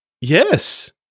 Yes